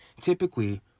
Typically